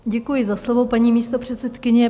Děkuji za slovo, paní místopředsedkyně.